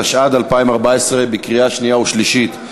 התשע"ד 2014, לקריאה שנייה ושלישית.